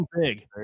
big